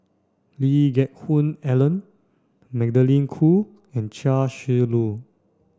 Lee Geck Hoon Ellen Magdalene Khoo and Chia Shi Lu